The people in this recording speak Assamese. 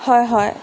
হয় হয়